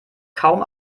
kaum